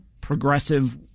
progressive